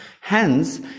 hence